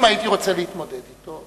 אם הייתי רוצה להתמודד אתו,